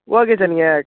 okay sir நீங்கள்